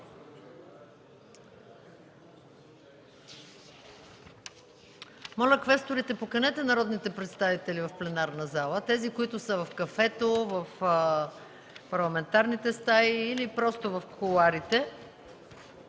Моля, квесторите, поканете народните представители в пленарната зала – тези, които са в кафето, в парламентарните стаи или просто в кулоарите.